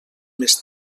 més